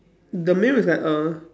the meal is like a